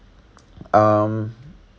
um